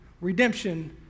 redemption